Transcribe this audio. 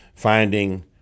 finding